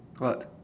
what